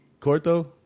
Corto